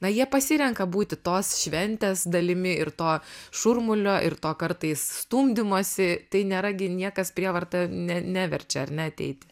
na jie pasirenka būti tos šventės dalimi ir to šurmulio ir to kartais stumdymosi tai nėra gi niekas prievarta neverčia ar ne ateiti